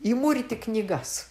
įmūryti knygas